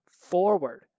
forward